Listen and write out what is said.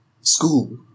school